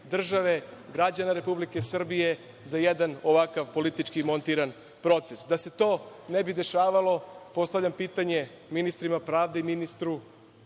građana Republike Srbije za jedan ovakav politički montiran proces? Da se to ne bi dešavalo, postavljam pitanje ministru pravde i ministru